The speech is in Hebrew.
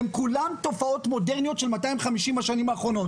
הן כולן תופעות מודרניות של 250 השנים האחרונות.